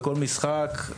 בכל משחק,